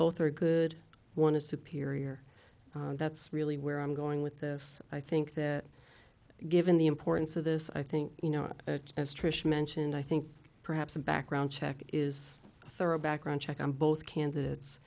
both are good one is superior and that's really where i'm going with this i think that given the importance of this i think you know as trish mentioned i think perhaps a background check is a thorough background check on both candidates